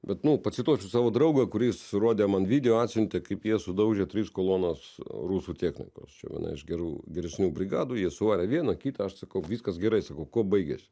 bet nu pacituosiu savo draugą kuris rodė man video atsiuntė kaip jie sudaužė tris kolonas rusų technikos čia viena iš gerų geresnių brigadų jie suvarė vieną kitą aš sakau viskas gerai sakau kuo baigėsi